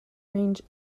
range